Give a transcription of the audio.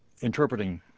Interpreting